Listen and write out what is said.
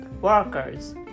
Workers